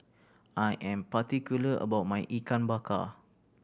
I am particular about my Ikan Bakar